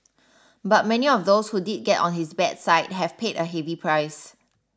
but many of those who did get on his bad side have paid a heavy price